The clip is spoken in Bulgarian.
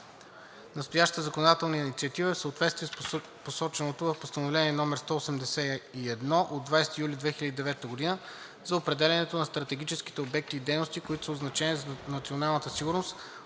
Настоящата законодателна инициатива е в съответствие с посоченото в Постановление № 181 от 20 юли 2009 г. за определянето на стратегическите обекти и дейности, които са от значение за националната сигурност,